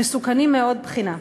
מסוכנים מעוד בחינה,